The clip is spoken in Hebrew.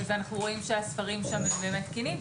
אנחנו רואים שהספרים שם באמת תקינים,